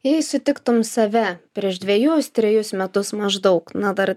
jei sutiktum save prieš dvejus trejus metus maždaug na dar